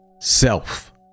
self